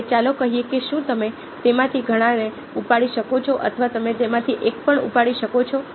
હવે ચાલો કહીએ કે શું તમે તેમાંથી ઘણાને ઉપાડી શકો છો અથવા તમે તેમાંથી એક પણ ઉપાડી શકો છો